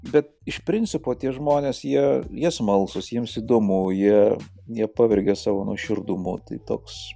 bet iš principo tie žmonės jie jie smalsūs jiems įdomu jie jie pavergia savo nuoširdumu tai toks